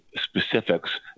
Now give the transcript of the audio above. specifics